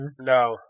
No